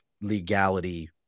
legality